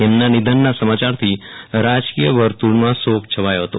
તેમના નિધનના સમાચારથી રાજકીય વર્ત્રળમાં શોક છવાયો હતો